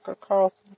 Carlson